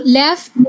left